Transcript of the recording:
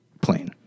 Plane